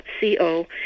co